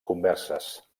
converses